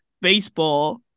baseball